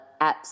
apps